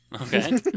Okay